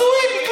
הזויים.